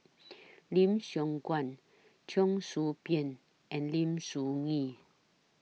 Lim Siong Guan Cheong Soo Pieng and Lim Soo Ngee